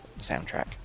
soundtrack